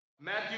Matthew